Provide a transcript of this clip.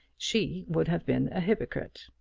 she would have been a hypocrite.